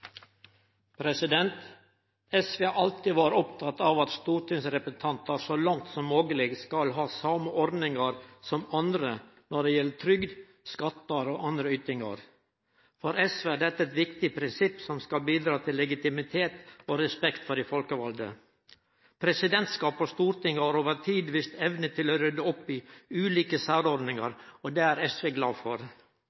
SV har alltid vore oppteke av at stortingsrepresentantar så langt som mogleg skal ha same ordningar som andre når det gjeld trygd, skattar og andre ytingar. For SV er dette eit viktig prinsipp som skal bidra til legitimitet og respekt for dei folkevalde. Presidentskap og storting har over tid vist evne til å rydde opp i ulike særordningar,